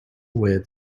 where